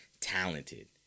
talented